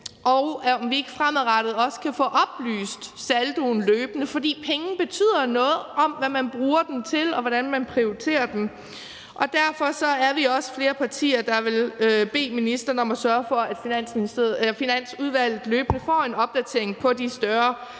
om, om vi ikke fremadrettet også kan få oplyst saldoen løbende. For det betyder noget, hvad man bruger pengene til, og hvordan man prioriterer dem. Derfor er vi også flere partier, der vil bede ministeren om at sørge for, at Finansudvalget løbende får en opdatering på de større